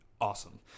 awesome